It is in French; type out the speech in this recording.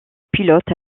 pilote